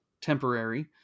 temporary